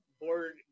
board